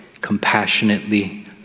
compassionately